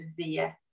severe